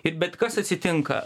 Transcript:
ir bet kas atsitinka